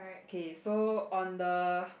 okay so on the